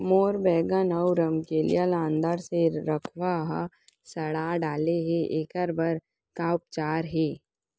मोर बैगन अऊ रमकेरिया ल अंदर से लरवा ह सड़ा डाले हे, एखर बर का उपचार हे?